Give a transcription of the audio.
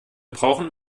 brauchen